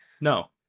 no